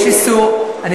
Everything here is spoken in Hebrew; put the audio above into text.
יש איסור, זה גם התיקון שלך.